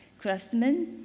craftsman,